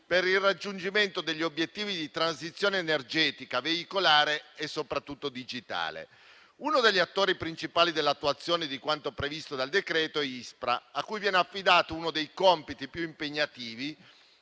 per il raggiungimento degli obiettivi di transizione energetica veicolare e soprattutto digitale. Uno degli attori principali dell'attuazione di quanto previsto dal decreto è l'Istituto superiore per la protezione e la ricerca